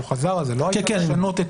והוא חזר על זה לא הייתה לשנות את